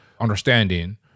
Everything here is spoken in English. understanding